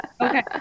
Okay